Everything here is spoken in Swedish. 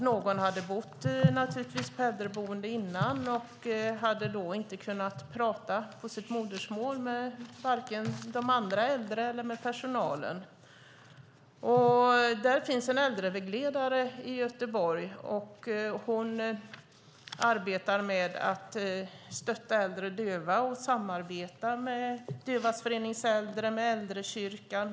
Någon hade tidigare bott på äldreboende och hade då inte kunnat prata på sitt modersmål med vare sig de andra äldre eller personalen. I Göteborg finns en äldrevägledare. Hon arbetar med att stötta äldre döva och samarbeta med Dövas Förenings äldre och med äldrekyrkan.